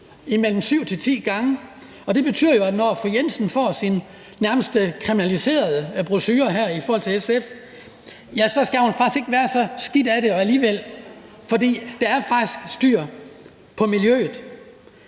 mellem 7-10 gange. Det betyder jo, at når fru Jensen får sin nærmest kriminaliserede brochure – i hvert fald ifølge SF – skal hun faktisk ikke have så dårlig samvittighed over det, for der er faktisk styr på miljøet.